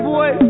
Boy